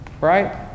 right